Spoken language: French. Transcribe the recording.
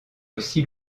aussi